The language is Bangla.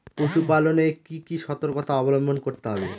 পশুপালন এ কি কি সর্তকতা অবলম্বন করতে হবে?